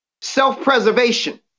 self-preservation